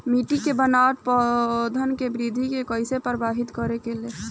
मिट्टी के बनावट पौधन के वृद्धि के कइसे प्रभावित करे ले?